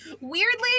weirdly